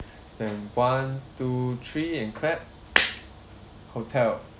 then one two three and clap hotel